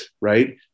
right